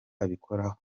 abikoraho